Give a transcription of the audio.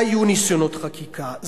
היו ניסיונות חקיקה,